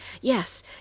Yes